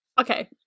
Okay